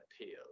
appeal